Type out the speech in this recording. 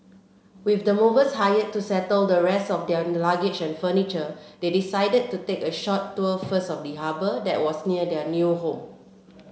with the movers hired to settle the rest of their luggage and furniture they decided to take a short tour first of the harbour that was near their new home